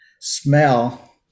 Smell